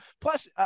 Plus